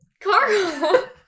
Carl